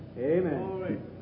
Amen